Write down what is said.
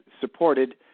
supported